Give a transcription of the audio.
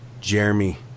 Jeremy